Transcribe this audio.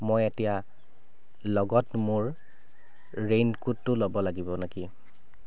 মই এতিয়া লগত মোৰ ৰেইনকোটটো ল'ব লাগিব নেকি